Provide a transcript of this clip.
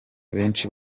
benshi